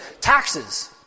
taxes